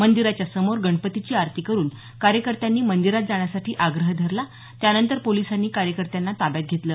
मंदिराच्या समोर गणपतीची आरती करून कार्यकर्त्यांनी मंदिरात जाण्यासाठी आग्रह धरला त्यानंतर पोलिसांनी कार्यकर्त्यांना ताब्यात घेतलं